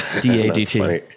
D-A-D-T